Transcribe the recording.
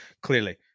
Clearly